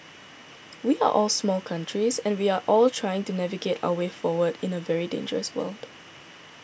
we are all small countries and we are all trying to navigate our way forward in a very dangerous world